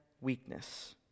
weakness